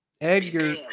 Edgar